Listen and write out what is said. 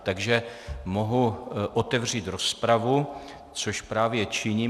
Takže mohu otevřít rozpravu, což právě činím.